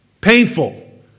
Painful